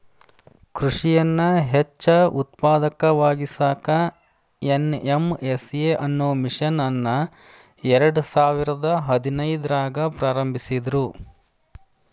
ಕೃಷಿಯನ್ನ ಹೆಚ್ಚ ಉತ್ಪಾದಕವಾಗಿಸಾಕ ಎನ್.ಎಂ.ಎಸ್.ಎ ಅನ್ನೋ ಮಿಷನ್ ಅನ್ನ ಎರ್ಡಸಾವಿರದ ಹದಿನೈದ್ರಾಗ ಪ್ರಾರಂಭಿಸಿದ್ರು